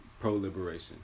pro-liberation